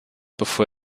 bevor